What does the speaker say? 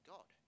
God